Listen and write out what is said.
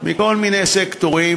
מכל מיני סקטורים.